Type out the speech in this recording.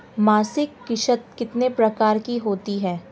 मासिक किश्त कितने प्रकार की होती है?